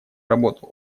работу